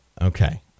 Okay